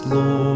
Lord